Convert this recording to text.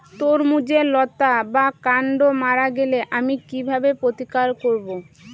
তরমুজের লতা বা কান্ড মারা গেলে আমি কীভাবে প্রতিকার করব?